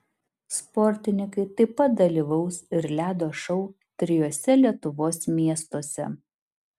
sportininkai taip pat dalyvaus ir ledo šou trijuose lietuvos miestuose